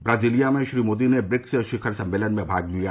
Brasilia में श्री मोदी ने BRICS शिखर सम्मेलन में भाग लिया